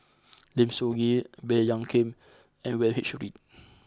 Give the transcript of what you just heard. Lim Soo Ngee Baey Yam Keng and William H Read